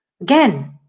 Again